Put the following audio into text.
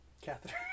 Catherine